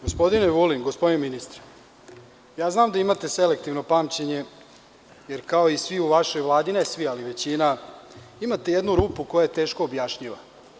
Gospodine Vulin, gospodine ministre, ja znam da imate selektivno pamćenje, jer kao i svi u vašoj Vladi, ne svi ali većina, imate jednu rupu koja je teško objašnjiva.